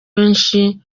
benshi